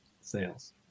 sales